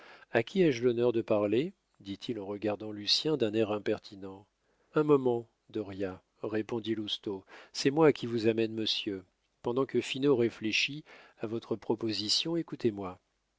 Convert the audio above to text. a qui ai-je l'honneur de parler dit-il en regardant lucien d'un air impertinent un moment dauriat répondit lousteau c'est moi qui vous amène monsieur pendant que finot réfléchit à votre proposition écoutez-moi